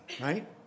right